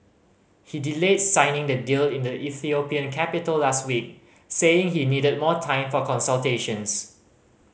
he delayed signing the deal in the Ethiopian capital last week saying he needed more time for consultations